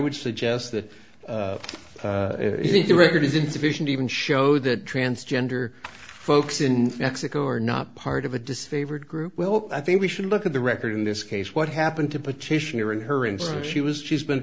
would suggest that if the record is insufficient even show that transgender folks in mexico are not part of a disfavored group well i think we should look at the record in this case what happened to petitioner in her instance she was she's been